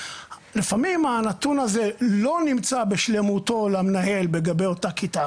לפעמים הנתון הזה לא נמצא בשלמותו למנהל לגבי אותה כיתה.